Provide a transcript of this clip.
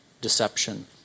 deception